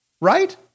Right